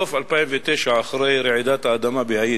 בסוף 2009, אחרי רעידת האדמה בהאיטי,